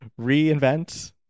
reinvent